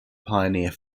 pioneer